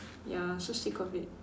ya so sick of it